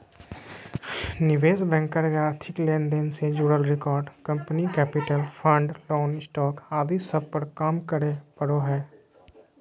निवेश बैंकर के आर्थिक लेन देन से जुड़ल record, company capital, fund, loan, stock आदि सब पर काम करे पड़ो हय